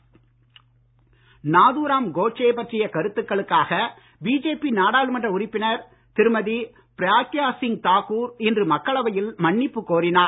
மக்களவை அமளி நாதுராம் கோட்சே பற்றிய கருத்துகளுக்காக பிஜேபி நாடாளுமன்ற உறுப்பினர் திருமதி பிராக்யா சிங் தாக்கூர் இன்று மக்களவையில் மன்னிப்பு கோரினார்